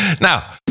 Now